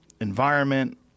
environment